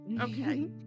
Okay